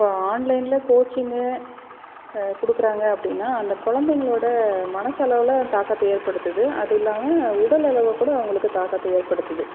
இப்போது ஆன்லைனில் கோச்சிங்கு கொடுக்குறாங்க அப்படின்னா அந்த குழந்தைங்களோட மனசளவில் தாக்கத்தை ஏற்படுத்துது அதுவும் இல்லாமல் உடலளவு கூட அவங்களுக்கு தாக்கத்தை ஏற்படுத்துது